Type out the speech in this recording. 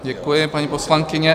Děkuji, paní poslankyně.